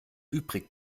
übrig